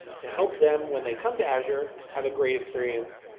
to help them when they come to azure have a great experience.